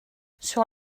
sur